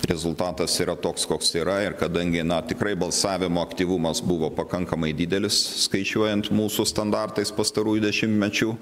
rezultatas yra toks koks yra ir kadangi na tikrai balsavimo aktyvumas buvo pakankamai didelis skaičiuojant mūsų standartais pastarųjų dešimtmečių